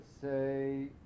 say